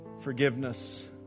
forgiveness